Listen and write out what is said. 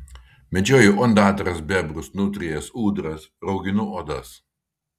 medžioju ondatras bebrus nutrijas ūdras rauginu odas